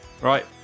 Right